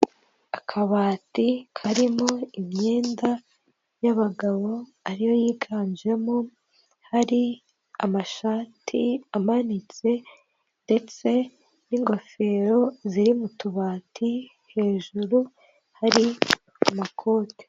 Akabati karimo imyenda y'abagabo ariyo yiganjemo, hari amashati amanitse ndetse n'ingofero ziri mu tubati, hejuru hari amakoti.